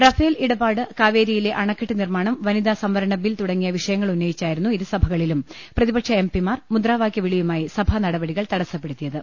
Rafale ഇടപാട് കാവേരിയിലെ അണക്കെട്ട് നിർമ്മാണം വനിതാ സംവരണ ബിൽ തുടങ്ങിയ വിഷ യങ്ങൾ ഉന്നയിച്ചായിരുന്നു ഇരു സഭകളിലും പ്രതിപക്ഷ എം പിമാർ മുദ്രാവാകൃ വിളിയുമായി സഭാനടപടികൾ തടസ്സപ്പെടുത്തിയത്